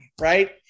right